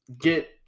get